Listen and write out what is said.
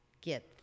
get